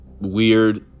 weird